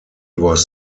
was